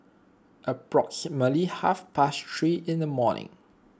approximately half past three in the morning